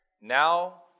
Now